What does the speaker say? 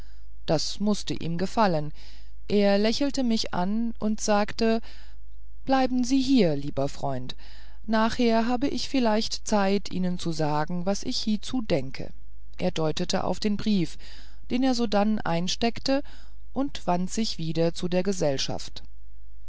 das mußte ihm gefallen er lächelte mich an und sagte bleiben sie hier lieber freund nachher hab ich vielleicht zeit ihnen zu sagen was ich hiezu denke er deutete auf den brief den er sodann einsteckte und wandte sich wieder zu der gesellschaft